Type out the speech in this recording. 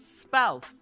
spouse